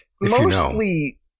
mostly